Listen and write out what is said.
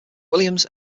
williams